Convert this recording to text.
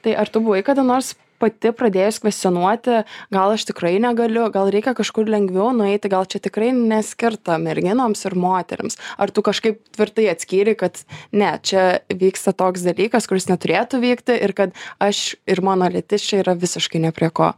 tai ar tu buvai kada nors pati pradėjus kvestionuoti gal aš tikrai negaliu gal reikia kažkur lengviau nueiti gal čia tikrai neskirta merginoms ir moterims ar tu kažkaip tvirtai atskyrei kad ne čia vyksta toks dalykas kuris neturėtų vykti ir kad aš ir mano lytis čia yra visiškai ne prie ko